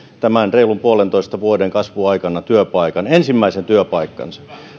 tämän reilun puolentoista vuoden kasvun aikana työpaikan ensimmäisen työpaikkansa